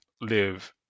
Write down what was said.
live